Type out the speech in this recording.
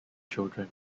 children